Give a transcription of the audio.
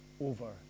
over